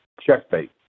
Checkmate